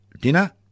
dinner